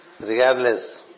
Regardless